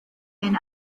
been